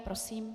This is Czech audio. Prosím.